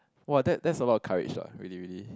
!wow! that that's a lot of courage lah really really